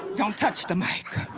don't touch the mike.